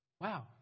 Wow